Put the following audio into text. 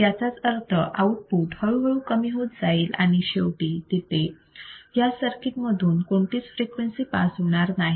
याचाच अर्थ आउटपुट हळूहळू कमी कमी होत जाईल आणि शेवटी तिथे या सर्किट मधून कोणतीच फ्रिक्वेन्सी पास होणार नाही